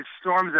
storms